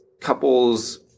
couples